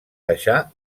deixar